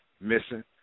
Missing